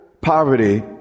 poverty